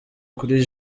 kuri